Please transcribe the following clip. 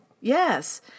Yes